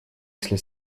если